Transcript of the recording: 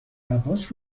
عباس